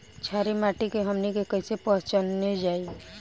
छारी माटी के हमनी के कैसे पहिचनल जाइ?